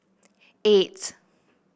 eight